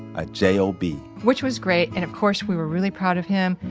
a j o b which was great, and of course we're really proud of him,